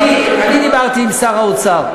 אני דיברתי עם שר האוצר,